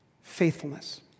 faithfulness